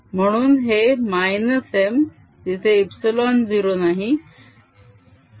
म्हणून हे -m तिथे ε0 नाही